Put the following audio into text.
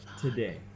today